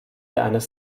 eines